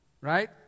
Right